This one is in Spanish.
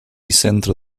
centro